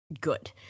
good